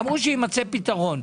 אמרו שיימצא פתרון.